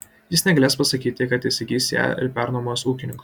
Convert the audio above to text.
jis negalės pasakyti kad įsigys ją ir pernuomos ūkininkui